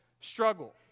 struggle